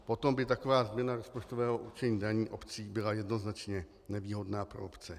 Potom by taková změna rozpočtového určení daní obcí byla jednoznačně nevýhodná pro obce.